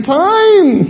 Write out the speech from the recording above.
time